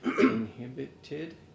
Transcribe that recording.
inhibited